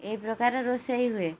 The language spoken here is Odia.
ଏହିପ୍ରକାର ରୋଷେଇ ହୁଏ